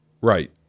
Right